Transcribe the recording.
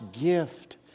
gift